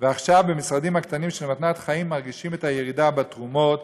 ועכשיו במשרדים הקטנים של מתנת חיים מרגישים את הירידה בתרומות.